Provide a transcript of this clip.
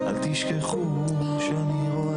כל מי שיושב כאן בחדר, בא בשביל